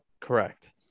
Correct